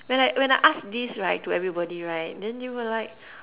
when I when I ask this right to everybody right then they were like